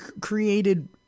created